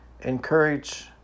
encourage